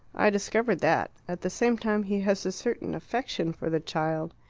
i discovered that. at the same time, he has a certain affection for the child.